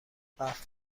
برف